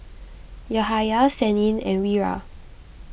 Yahaya Senin and Wira